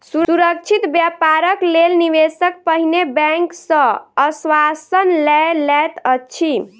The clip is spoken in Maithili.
सुरक्षित व्यापारक लेल निवेशक पहिने बैंक सॅ आश्वासन लय लैत अछि